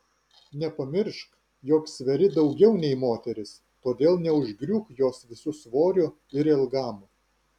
nepamiršk jog sveri daugiau nei moteris todėl neužgriūk jos visu svoriu ir ilgam